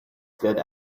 good